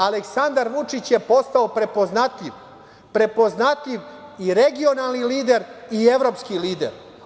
Aleksandar Vučić je postao prepoznatljiv, prepoznatljiv i regionalni lider i evropski lider.